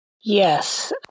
Yes